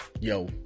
yo